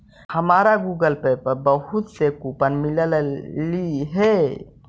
हमारा Google pay पर बहुत से कूपन मिललई हे